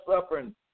suffering